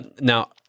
Now